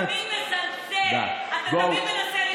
אתה תמיד מזלזל, אתה תמיד מנסה לפגוע.